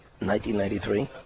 1993